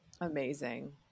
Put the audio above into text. Amazing